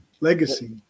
legacy